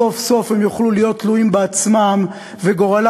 סוף-סוף הם יוכלו להיות תלויים בעצמם וגורלם